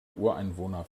ureinwohner